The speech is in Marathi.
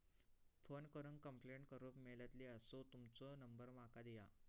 फोन करून कंप्लेंट करूक मेलतली असो तुमचो नंबर माका दिया?